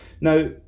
now